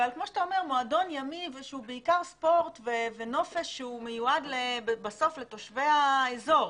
ועל מועדון ימי שהוא בעיקר ספורט ונופש שמיועד בסוף לתושבי האזור.